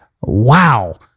Wow